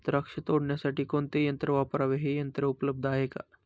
द्राक्ष तोडण्यासाठी कोणते यंत्र वापरावे? हे यंत्र उपलब्ध आहे का?